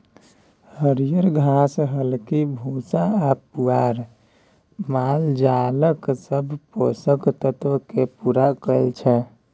हरियर घास, खल्ली भुस्सा आ पुआर मालजालक सब पोषक तत्व केँ पुरा करय छै